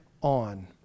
on